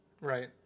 Right